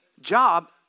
job